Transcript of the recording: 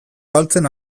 galtzen